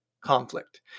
conflict